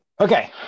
Okay